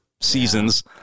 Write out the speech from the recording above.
seasons